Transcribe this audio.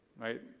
Right